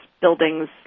buildings